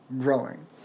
growing